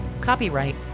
copyright